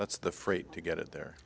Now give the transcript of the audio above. that's the freight to get it there